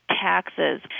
Taxes